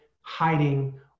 hiding